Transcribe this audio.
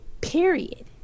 period